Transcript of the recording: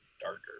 darker